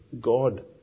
God